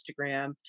Instagram